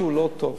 משהו לא טוב,